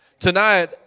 Tonight